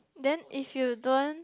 then if you don't